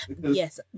Yes